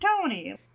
Tony